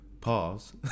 Pause